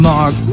Mark